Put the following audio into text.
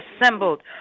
assembled